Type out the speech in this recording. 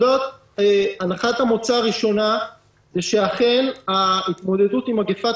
הנחת המוצא הראשונה היא שאכן ההתמודדות עם מגפת